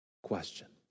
question